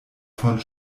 von